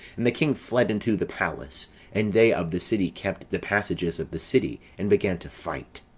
and the king fled into the palace and they of the city kept the passages of the city, and began to fight.